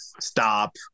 stop